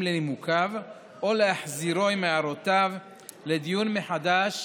לנימוקיו או להחזירו עם הערותיו לדיון מחודש